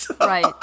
Right